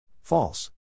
False